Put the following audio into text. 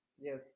Yes